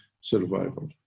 survival